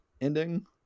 ending